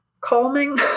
calming